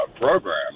program